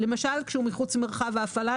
כשהוא למשל מחוץ למרחב ההפעלה.